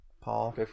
Paul